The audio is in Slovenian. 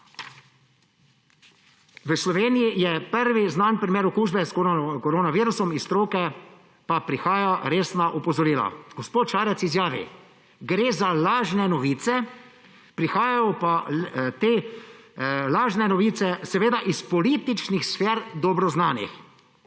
V Sloveniji je prvi znan primer okužbe s koronavirusom, iz stroke pa prihaja resna opozorila, gospod Šarec izjavi, da gre za lažne novice, prihajajo pa te lažne novice seveda iz političnih sfer dobro znanih.